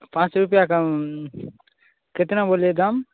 पाँच रुपया कम कितना बोले दाम